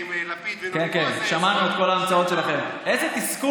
כי אתמול סיפרת לנו, אני חושב